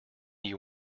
you